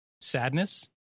sadness